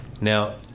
Now